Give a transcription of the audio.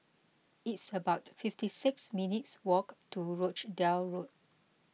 it's about fifty six minutes' walk to Rochdale Road